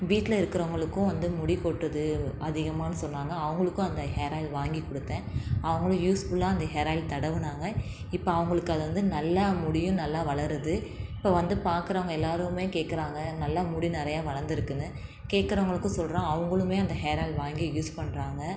வீட்டில் இருக்கிறவங்களுக்கும் வந்து முடி கொட்டுது அதிகமான்னு சொன்னாங்கள் அவங்களுக்கும் அந்த ஹேர் ஆயில் வாங்கி கொடுத்தேன் அவங்களும் யூஸ்ஃபுல்லாக அந்த ஹேர் ஆயில் தடவினாங்க இப்போ அவங்களுக்கு அது வந்து நல்லா முடியும் நல்லா வளருது இப்போ வந்து பார்க்கறவங்க எல்லாருமே கேட்கறாங்க நல்லா முடி நிறையா வளந்திருக்குன்னு கேட்கறவங்களுக்கும் சொல்கிறோம் அவங்களும் அந்த ஹேர் ஆயில் வாங்கி யூஸ் பண்ணுறாங்க